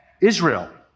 Israel